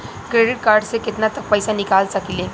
Credit card से केतना तक पइसा निकाल सकिले?